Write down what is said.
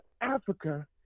Africa